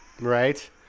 Right